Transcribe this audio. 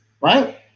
right